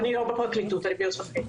אני לא בפרקליטות, אני מייעוץ וחקיקה.